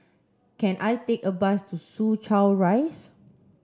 can I take a bus to Soo Chow Rise